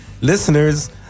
listeners